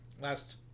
Last